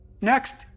Next